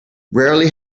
rarely